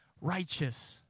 righteous